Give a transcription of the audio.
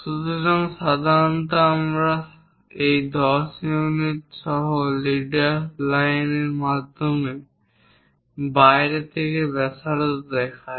সুতরাং আমরা সাধারণত 10 ইউনিট সহ লিডার লাইনের মাধ্যমে বাইরে থেকে ব্যাসার্ধ দেখায়